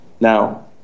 Now